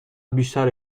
بیشتر